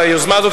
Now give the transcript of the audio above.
היוזמה הזאת,